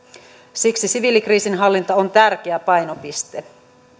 siksi siviilikriisinhallinta on tärkeä painopiste